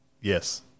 Yes